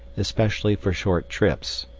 especially for short trips.